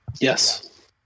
yes